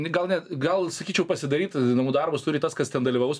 gal ne gal sakyčiau pasidaryt namų darbus turi tas kas ten dalyvaus